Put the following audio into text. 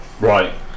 Right